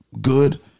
good